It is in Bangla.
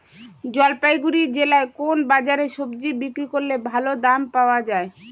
জলপাইগুড়ি জেলায় কোন বাজারে সবজি বিক্রি করলে ভালো দাম পাওয়া যায়?